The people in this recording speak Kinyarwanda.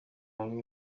hamwe